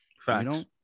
Facts